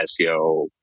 SEO